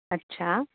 अच्छा